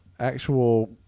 Actual